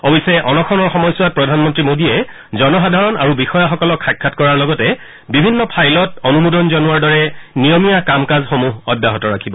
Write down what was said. অৱশ্যে অনশনৰ সময়ছোৱাত প্ৰধানমন্তী মোদীয়ে জনসাধাৰণ আৰু বিষয়াসকলক সাক্ষাৎ কৰাৰ লগতে বিভিন্ন ফাইলত অনুমোদন জনোৱাৰ দৰে নিয়মীয়া কাম কাজসমূহ অব্যাহত ৰাখিব